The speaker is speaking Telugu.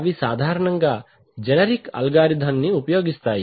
అవి సాధారణంగా జనరిక్ అల్గారిథం ఉపయోగిస్తాయి